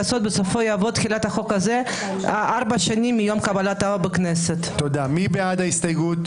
הצבעה מס' 4 בעד ההסתייגות